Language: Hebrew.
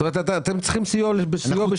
כלומר אתם צריכים סיוע בשיווק.